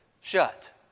shut